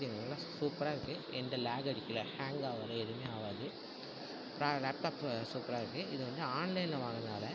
நல்லா சூப்பராக இருக்கு ஏன்ட்ட லேப் இருக்குல ஹேங் ஆகாது எதுவுமே ஆகாது லேப்டாப்பு சூப்பராக இருக்கு இது வந்து ஆன்லைனில் வாங்கல அதை